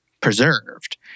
preserved